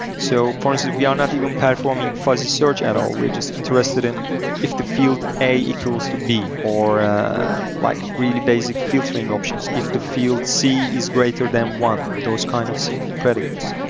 so for instance, we are not even performing fuzzy search at all. we're just interested in if the field a equals to b, or like really basic filtering options. if the field c is greater than one, those kind of simple predicates.